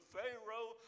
Pharaoh